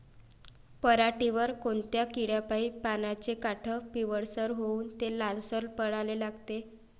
पऱ्हाटीवर कोनत्या किड्यापाई पानाचे काठं पिवळसर होऊन ते लालसर पडाले लागते?